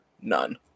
none